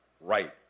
right